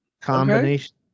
combination